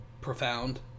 profound